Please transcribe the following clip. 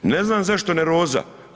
Ne znam zašto nervoza.